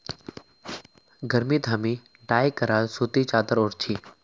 गर्मीत हामी डाई कराल सूती चादर ओढ़ छि